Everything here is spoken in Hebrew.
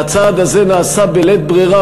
והצעד הזה נעשה בלית ברירה,